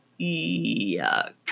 yuck